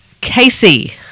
Casey